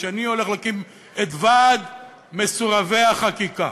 שאני הולך להקים את ועד מסורבי החקיקה,